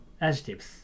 Adjectives